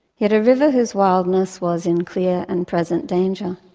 yet a river whose wildness was in clear and present danger.